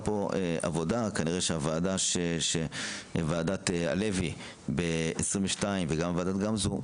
פה עבודה בוועדת הלוי ב-2022 וגם ועדות גמזו.